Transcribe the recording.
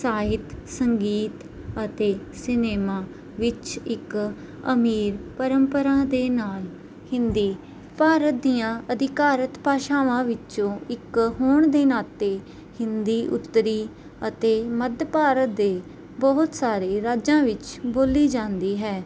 ਸਾਹਿਤ ਸੰਗੀਤ ਅਤੇ ਸਿਨੇਮਾ ਵਿੱਚ ਇੱਕ ਅਮੀਰ ਪਰੰਪਰਾ ਦੇ ਨਾਲ ਹਿੰਦੀ ਭਾਰਤ ਦੀਆਂ ਅਧਿਕਾਰਤ ਭਾਸ਼ਾਵਾਂ ਵਿੱਚੋਂ ਇੱਕ ਹੋਣ ਦੇ ਨਾਤੇ ਹਿੰਦੀ ਉੱਤਰੀ ਅਤੇ ਮੱਧ ਭਾਰਤ ਦੇ ਬਹੁਤ ਸਾਰੇ ਰਾਜਾਂ ਵਿੱਚ ਬੋਲੀ ਜਾਂਦੀ ਹੈ